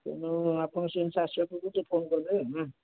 ତେଣୁ ଆପଣ ସେ ଅନୁସାରେ ଆସିବାକୁ ପୂର୍ବରୁ ଟିକେ ଫୋନ୍ କରିଦେବେ ହୁଁ